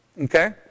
Okay